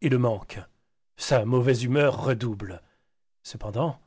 et le manque sa mauvaise humeur redouble cependant